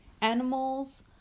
animals